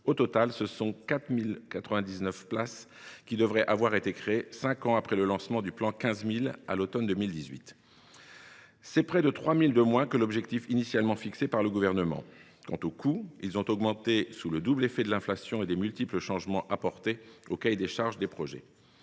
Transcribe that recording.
Au total, 4 099 places devraient avoir été créées, cinq ans après le lancement du « plan 15 000 » à l’automne 2018. C’est près de 3 000 places de moins que l’objectif initialement fixé par le Gouvernement. Quant aux coûts, ils ont augmenté sous le double effet de l’inflation et des multiples changements apportés au cahier des charges des projets.